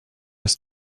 his